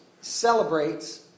Celebrates